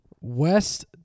West